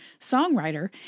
songwriter